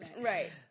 Right